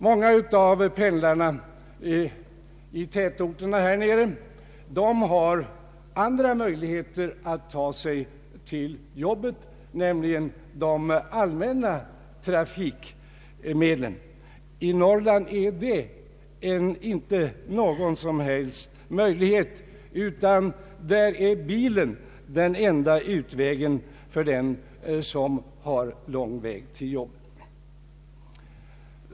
Många av pendlarna i tätorter här nere har andra möjligheter att ta sig till jobbet, nämligen de allmänna trafikmedlen. I Norrland finns det inte någon som helst sådan möjlighet, utan där är bilen den enda utvägen för den som har långt till jobbet.